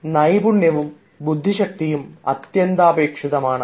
അതിനായി നൈപുണ്യവും ബുദ്ധിശക്തിയും അത്യന്താപേക്ഷിതമാണ്